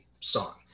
song